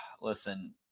Listen